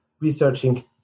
researching